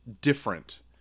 different